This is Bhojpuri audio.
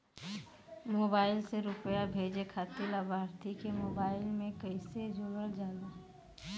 मोबाइल से रूपया भेजे खातिर लाभार्थी के मोबाइल मे कईसे जोड़ल जाला?